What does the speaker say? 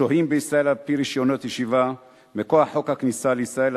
שוהים בישראל על-פי רשיונות ישיבה מכוח חוק הכניסה לישראל,